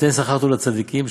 וליתן שכר טוב לצדיקים,